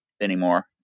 anymore